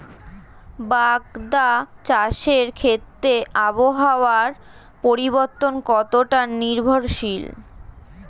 বাগদা চাষের ক্ষেত্রে আবহাওয়ার পরিবর্তন কতটা নির্ভরশীল?